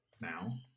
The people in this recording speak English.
now